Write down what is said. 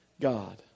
God